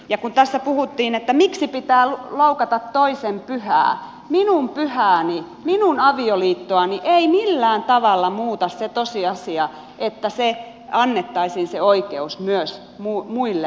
ja kun tässä puhuttiin miksi pitää loukata toisen pyhää niin minun pyhääni minun avioliittoani ei millään tavalla muuta se tosiasia että se oikeus annettaisiin myös muille pareille